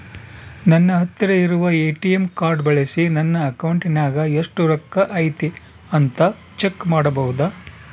ನನ್ನ ಹತ್ತಿರ ಇರುವ ಎ.ಟಿ.ಎಂ ಕಾರ್ಡ್ ಬಳಿಸಿ ನನ್ನ ಅಕೌಂಟಿನಾಗ ಎಷ್ಟು ರೊಕ್ಕ ಐತಿ ಅಂತಾ ಚೆಕ್ ಮಾಡಬಹುದಾ?